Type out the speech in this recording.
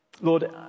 Lord